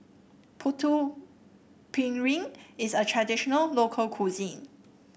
Putu Piring is a traditional local cuisine